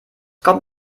kommt